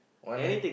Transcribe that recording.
wanna